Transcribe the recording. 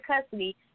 custody